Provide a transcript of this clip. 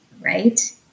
right